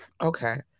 Okay